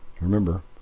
Remember